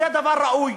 זה דבר ראוי,